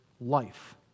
life